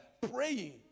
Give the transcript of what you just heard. praying